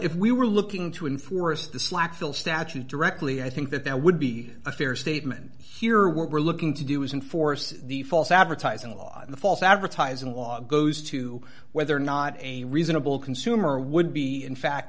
if we were looking to enforce the slack phil statute directly i think that there would be a fair statement here what we're looking to do is enforce the false advertising law in the false advertising law goes to whether or not a reasonable consumer would be in fact